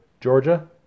Georgia